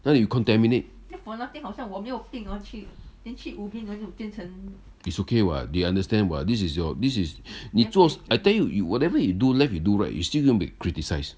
now you contaminate is okay [what] they understand [what] this is your this is 你做 I tell you you whatever you do left you do right you still goin~ to be criticised